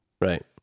Right